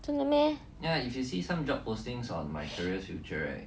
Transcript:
真的 meh